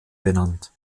benannt